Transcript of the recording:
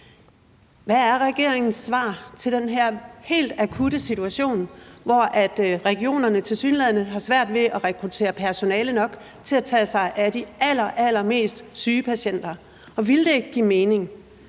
Hvad er regeringens svar på den her helt akutte situation, hvor regionerne tilsyneladende har svært ved at rekruttere personale nok til at tage sig af de allerallermest syge patienter? Og ville det ikke give mening